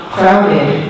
Crowded